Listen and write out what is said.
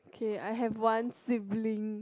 K I have one sibling